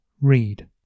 read